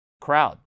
crowd